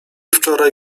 wczoraj